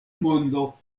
mondo